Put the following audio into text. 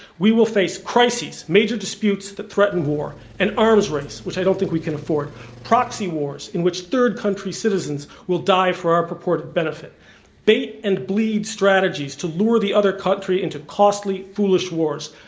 we will face crises, major disputes that threaten war an arms race, which i don't think we can afford proxy wars, in which third country citizens will die for our purported benefit bait and bleed strategies to lure the other country into costly foolish wars